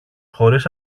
χωρίς